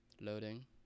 loading